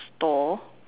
stall